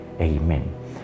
Amen